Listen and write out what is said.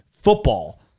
Football